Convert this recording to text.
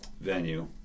venue